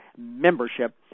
membership